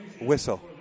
Whistle